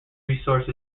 resources